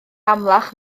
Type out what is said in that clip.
amlach